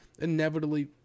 Inevitably